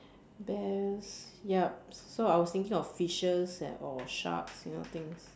bears yup so I was thinking of fishes and or sharks you know things